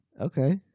Okay